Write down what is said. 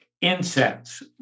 incense